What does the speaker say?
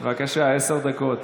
בבקשה, עשר דקות.